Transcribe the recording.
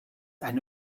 eine